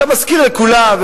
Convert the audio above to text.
אתה מזכיר לכולם,